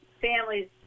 families